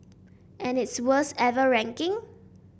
and its worst ever ranking